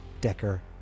Decker